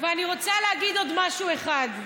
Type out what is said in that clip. ואני רוצה להגיד עוד משהו אחד,